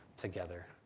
together